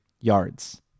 yards